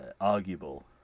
arguable